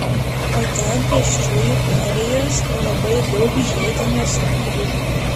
o ten pėsčiųjų perėjos labai daug žiedinių sankryžų